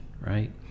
right